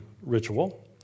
ritual